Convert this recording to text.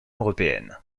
européenne